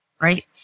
right